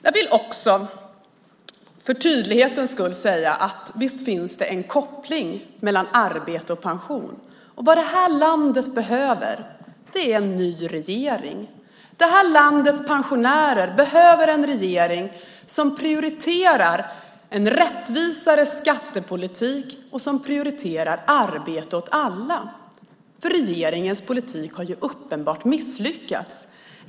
Jag vill också för tydlighetens skull säga att det finns en koppling mellan arbete och pension. Vad det här landet behöver är en ny regering. Det här landets pensionärer behöver en regering som prioriterar en rättvisare skattepolitik och arbete åt alla. Regeringens politik har uppenbart misslyckats.